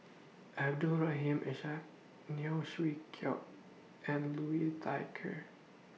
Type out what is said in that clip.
Abdul Rahim Ishak Neo Chwee Kok and Liu Thai Ker